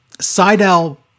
Seidel